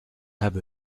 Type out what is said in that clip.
have